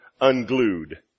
unglued